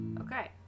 Okay